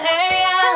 area